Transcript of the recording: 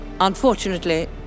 Unfortunately